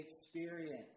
experience